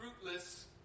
fruitless